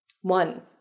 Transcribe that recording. One